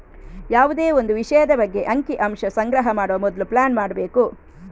ಯಾವುದೇ ಒಂದು ವಿಷಯದ ಬಗ್ಗೆ ಅಂಕಿ ಅಂಶ ಸಂಗ್ರಹ ಮಾಡುವ ಮೊದ್ಲು ಪ್ಲಾನ್ ಮಾಡ್ಬೇಕು